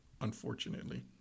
unfortunately